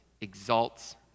exalts